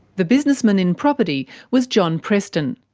the businessman in property was john preston.